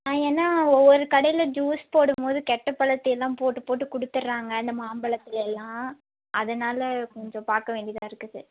ஆ ஏன்னா ஒவ்வொரு கடையில் ஜூஸ் போடும் போது கெட்ட பழத்தை எல்லாம் போட்டு போட்டு கொடுத்துறாங்க இந்த மாம்பழத்தில் எல்லாம் அதனால் கொஞ்சம் பார்க்க வேண்டியதாக இருக்குது